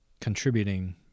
contributing